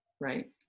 right